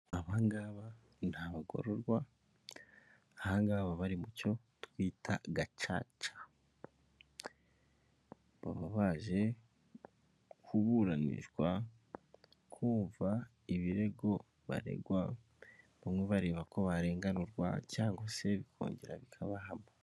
Abangab ni abagororwa ahangaha bari mucyo twita gacaca baba baje kuburanishwa, kumva ibirego baregwa bamwe bareba ko barenganurwa cyangwa se bikongera bikabahama.